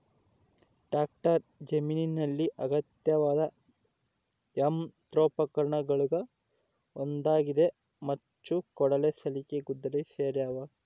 tractor ಜಮೀನಿನಲ್ಲಿ ಅಗತ್ಯವಾದ ಯಂತ್ರೋಪಕರಣಗುಳಗ ಒಂದಾಗಿದೆ ಮಚ್ಚು ಕೊಡಲಿ ಸಲಿಕೆ ಗುದ್ದಲಿ ಸೇರ್ಯಾವ